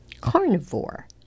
Carnivore